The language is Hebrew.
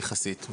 יחסית.